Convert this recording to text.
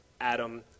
Adam